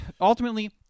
Ultimately